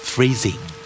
Freezing